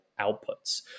outputs